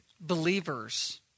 believers